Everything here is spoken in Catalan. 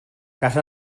casa